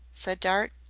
said dart.